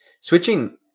switching